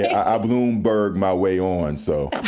i bloomberged my way on. so